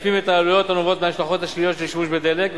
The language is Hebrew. משקפים את העלויות הנובעות מההשלכות השליליות של השימוש בדלק,